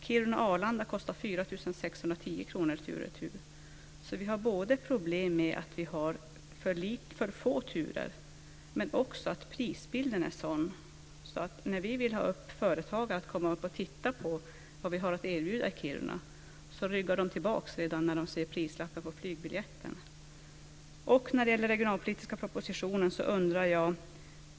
Sträckan Kiruna-Arlanda kostar 4 610 kr tur och retur. Så vi har problem med att vi har för få turer men också med att prisbilden är som den är. När vi vill att företag ska komma upp och titta på vad vi har att erbjuda i Kiruna ryggar de tillbaka redan när de ser prislappen på flygbiljetten. Sedan gäller det den regionalpolitiska propositionen.